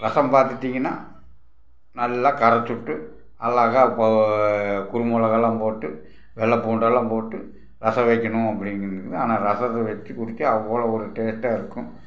ரசம் பார்த்தீட்டிங்கனா நல்லா கரைத்து விட்டு அழகா இப்போ குறுமிளகெல்லாம் போட்டு வெள்ளை பூண்டெல்லாம் போட்டு ரசம் வைக்கணும் அப்படின்னு இருக்குது ஆனால் ரசத்தை வச்சு குடித்தா அவ்வளோ ஒரு டேஸ்ட்டாக இருக்கும்